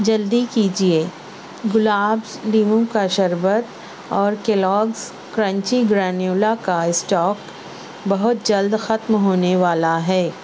جلدی کیجیے گلابز لیمو کا شربت اور کیلوگز کرنچی گرینیولا کا اسٹاک بہت جلد ختم ہونے والا ہے